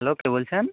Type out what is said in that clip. hello কে বলছেন